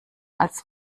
als